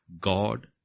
God